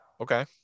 Okay